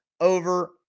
over